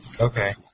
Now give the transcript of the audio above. okay